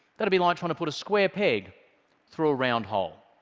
that'd be like trying to put a square peg through a round hole.